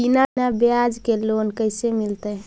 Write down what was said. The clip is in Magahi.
बिना ब्याज के लोन कैसे मिलतै?